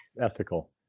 ethical